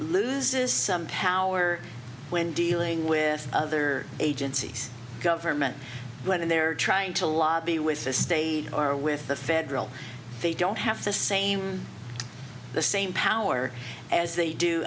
loses some power when dealing with other agencies government when they're trying to lobby with the state or with the federal they don't have the same the same power as they do